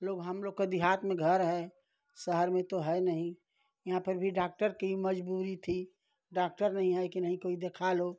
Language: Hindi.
लोग हमलोग का देहात में घर है शहर में तो है नहीं यहाँ पर भी डॉक्टर की मज़बूरी थी डॉक्टर नहीं है कि नहीं कोई दिखा लो